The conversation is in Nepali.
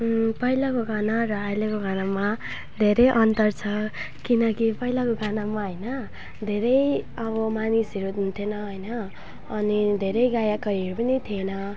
पहिलाको गाना र अहिलेको गानामा धेरै अन्तर छ किनकि पहिलाको गानामा होइन धेरै अब मानिसहरू हुन्थेन होइन अनि धेरै गायकहरू पनि थिएन